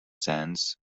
sands